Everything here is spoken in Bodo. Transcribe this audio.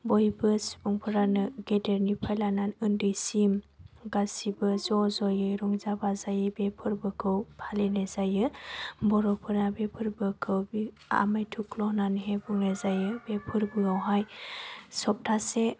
बयबो सुबुंफोरानो गिदिरनिफ्राय लानानै उन्दैसिम गासिबो ज' ज' यै रंजा बाजायै बे फोरबोखौ फालिनाय जायो बर'फोरा बे फोरबोखौ आमायथुख्ल' होननानैहाय बुंनाय जायो बे फोरबोआवहाय सबथासे